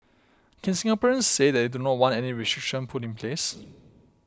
can Singaporeans say that they do not want any restriction put in place